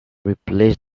replace